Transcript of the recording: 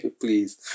Please